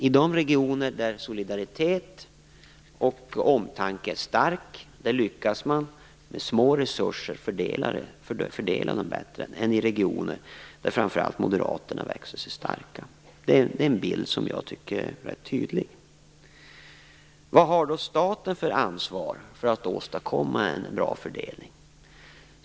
I de regioner där det finns en stark solidaritet och omtanke lyckas man fördela små resurser bättre än i regioner där framför allt moderaterna växer sig starka. Det är en bild som är ganska tydlig. Vad har då staten för ansvar för att åstadkomma en bra fördelning?